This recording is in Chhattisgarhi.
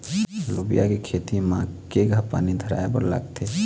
लोबिया के खेती म केघा पानी धराएबर लागथे?